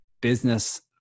business